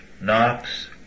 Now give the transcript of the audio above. Knox